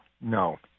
No